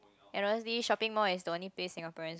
and honestly shopping mall is the only place Singaporeans